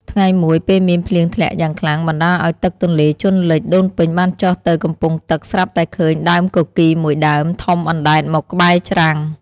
ថ្ងៃមួយ ពេលមានភ្លៀងធ្លាក់យ៉ាងខ្លាំងបណ្តាលឲ្យទឹកទន្លេជន់លិច ដូនពេញបានចុះទៅកំពង់ទឹកស្រាប់តែឃើញដើមគគីរមួយដើមធំអណ្តែតមកក្បែរច្រាំង។